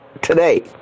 today